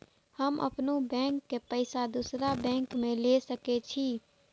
हम अपनों बैंक के पैसा दुसरा बैंक में ले सके छी?